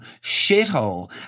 shithole